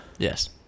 Yes